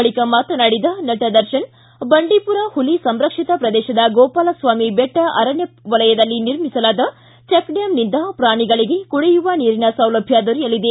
ಬಳಿಕ ಮಾತನಾಡಿದ ನಟ ದರ್ಶನ ಬಂಡೀಪುರ ಹುಲಿ ಸಂರಕ್ಷಿತ ಪ್ರದೇಶದ ಗೋಪಾಲ ಸ್ವಾಮಿ ಬೆಟ್ಟ ಅರಣ್ಣ ವಲಯದಲ್ಲಿ ನಿರ್ಮಿಸಲಾದ ಚೆಕ್ ಡ್ಕಾಂನಿಂದ ಪ್ರಾಣಿಗಳಿಗೆ ಕುಡಿಯುವ ನೀರಿನ ಸೌಲಭ್ಯ ದೊರೆಯಲಿದೆ